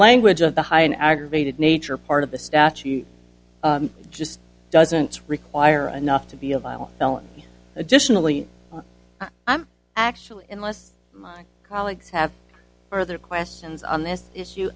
language of the high an aggravated nature part of the statue just doesn't require a enough to be a violent felony additionally i'm actually unless my colleagues have further questions on this issue